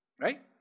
Right